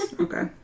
Okay